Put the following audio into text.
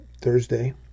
Thursday